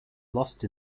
lost